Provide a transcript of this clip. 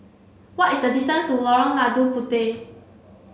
what is the distance to Lorong Lada Puteh